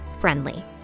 friendly